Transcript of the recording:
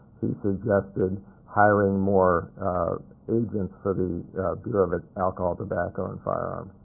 he suggested hiring more agents for the bureau of alcohol, tobacco and firearms.